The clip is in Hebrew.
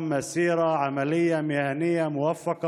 הם עוסקים בשליחות קדושה למען חיי